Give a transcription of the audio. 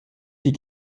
die